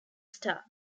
star